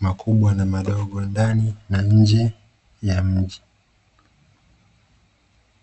makubwa na madogo, ndani na nje ya mji.